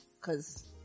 cause